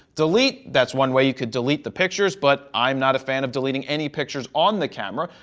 delete, that's one way you could delete the pictures, but i'm not a fan of deleting any pictures on the camera.